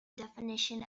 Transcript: definition